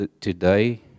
today